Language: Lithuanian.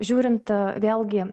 žiūrint vėlgi